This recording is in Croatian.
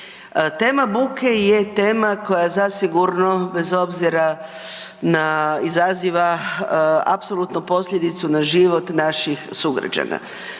Tema buke je tema koja zasigurno, bez obzira na, izaziva apsolutno posljedicu na život naših sugrađana.